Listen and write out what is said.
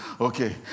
Okay